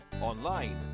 online